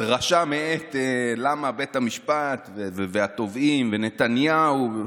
דרשה למה בית המשפט והתובעים ונתניהו.